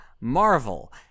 Marvel